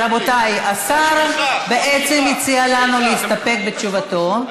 רבותיי, השר בעצם הציע לנו להסתפק בתשובתו.